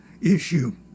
issue